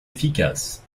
efficaces